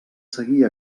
seguir